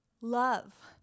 love